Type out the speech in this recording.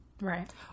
Right